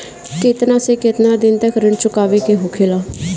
केतना से केतना दिन तक ऋण चुकावे के होखेला?